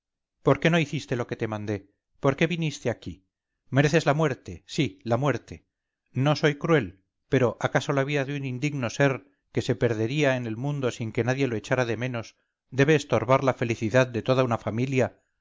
por qué no hiciste lo que te mandé por qué viniste aquí mereces la muerte sí la muerte no soy cruel pero acaso la vida de un indigno ser que se perdería en el mundo sin que nadie lo echara de menos debe estorbar la felicidad de toda una familia